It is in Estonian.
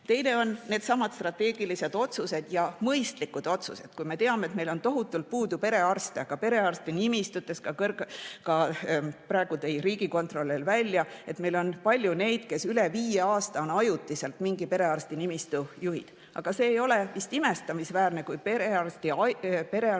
on needsamad strateegilised otsused ja mõistlikud otsused. Kui me teame, et meil on tohutult puudu perearste, aga perearsti nimistutes ... Ka praegu tõi riigikontrolör välja, et meil on palju neid, kes üle viie aasta on ajutiselt mingi perearsti nimistu juhid. Aga see ei ole vist imestamisväärne, kui perearsti nimistu